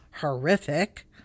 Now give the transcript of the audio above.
horrific